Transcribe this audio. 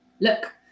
look